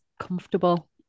comfortable